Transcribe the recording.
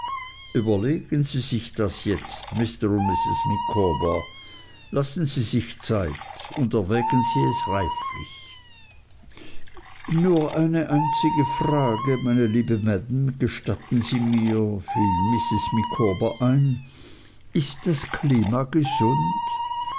überlegen sie sich das jetzt mr und mrs micawber lassen sie sich zeit und erwägen sie es reiflich nur eine einzige frage meine liebe maam gestatten sie mir fiel mrs micawber ein ist das klima gesund